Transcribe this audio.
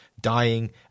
dying